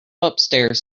upstairs